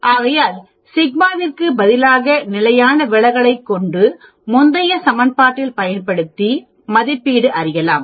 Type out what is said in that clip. ஆகையால் σ விற்கு பதிலாக நிலையான விலகலை கொண்டு முந்தைய சமன்பாட்டில் பயன்படுத்தி மதிப்பீடு அறியலாம்